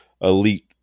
elite